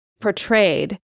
portrayed